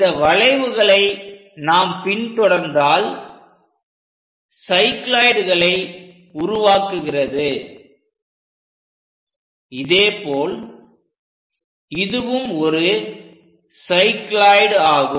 இந்த வளைவுகளை நாம் பின்தொடர்ந்தால் சைக்ளோய்டுகளை உருவாக்குகிறது இதேபோல் இதுவும் ஒரு சைக்ளோயிட் ஆகும்